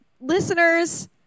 Listeners